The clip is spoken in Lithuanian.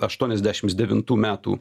aštuoniasdešims devintų metų